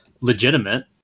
legitimate